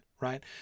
right